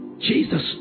Jesus